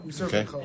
Okay